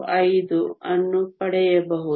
135 ಅನ್ನು ಪಡೆಯಬಹುದು